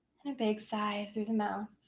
and a big side through the mouth.